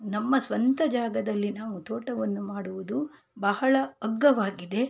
ನಮ್ಮ ಸ್ವಂತ ಜಾಗದಲ್ಲಿ ನಾವು ತೋಟವನ್ನು ಮಾಡುವುದು ಬಹಳ ಅಗ್ಗವಾಗಿದೆ